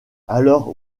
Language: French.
alors